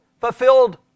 fulfilled